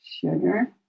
Sugar